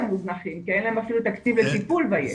מוזנחים כי אין להם אפילו תקציב לטיפול בילד.